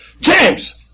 James